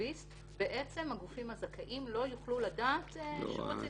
רצידיביסט בעצם הגופים הזכאים לא יוכלו לדעת שהוא רצידיביסט.